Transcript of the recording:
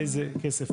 איזה כסף,